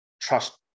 trust